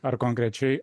ar konkrečiai